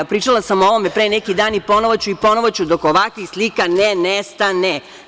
Pričala sam o ovome pre neki dan i ponovo ću i ponovo, dok ovakvih slika ne nestane.